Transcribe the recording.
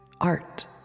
art